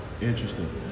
Interesting